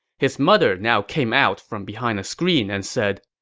his mother now came out from behind a screen and said,